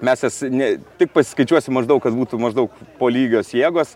mes jas ne tik pasiskaičiuosim maždaug kas būtų maždaug po lygios jėgos